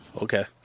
Okay